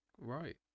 right